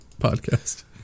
podcast